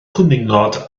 cwningod